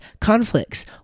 conflicts